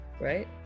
right